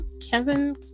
kevin